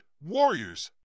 warriors